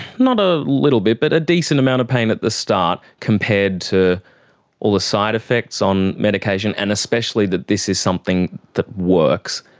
not a little bit but a decent amount of pain at the start, compared to all the side-effects on medication, and especially that this is something that works,